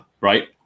right